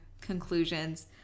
conclusions